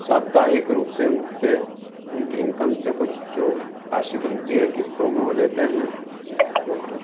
साप्ताहिक रूप से उनसे उनकी इंकम से कुछ जो राशि बनती है किस्तों में वो लेते हैं और